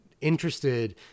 interested